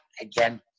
again